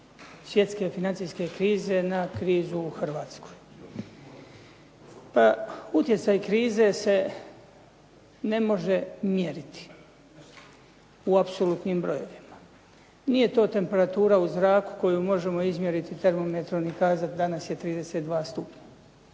svjetske financijske krize na krizu u Hrvatskoj. Utjecaj krize se ne može mjeriti u apsolutnim brojevima, nije to temperatura u zraku koju možemo izmjeriti termometrom i kazati danas je 32 stupnja.